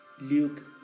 Luke